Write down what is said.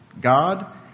God